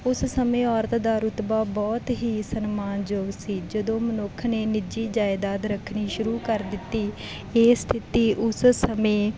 ਉਸ ਸਮੇਂ ਔਰਤ ਦਾ ਰੁਤਬਾ ਬਹੁਤ ਹੀ ਸਨਮਾਨਯੋਗ ਸੀ ਜਦੋਂ ਮਨੁੱਖ ਨੇ ਨਿੱਜੀ ਜਾਇਦਾਦ ਰੱਖਣੀ ਸ਼ੁਰੂ ਕਰ ਦਿੱਤੀ ਇਹ ਸਥਿਤੀ ਉਸ ਸਮੇਂ